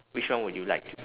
which one would you like to do